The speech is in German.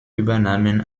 übernahmen